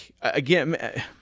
again